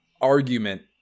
argument